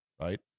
right